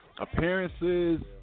Appearances